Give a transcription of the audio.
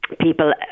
People